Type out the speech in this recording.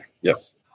yes